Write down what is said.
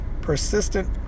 persistent